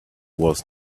was